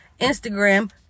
Instagram